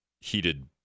heated